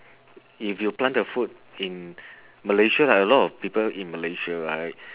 if you plant the food in malaysia like a lot people in malaysia right